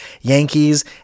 Yankees